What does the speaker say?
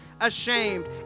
ashamed